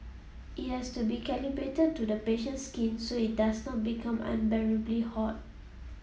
it has to be calibrated to the patient's skin so it does not become unbearably hot